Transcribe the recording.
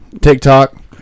TikTok